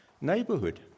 neighborhood